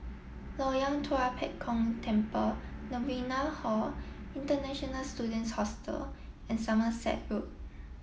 Loyang Tua Pek Kong Temple Novena Hall International Students Hostel and Somerset Road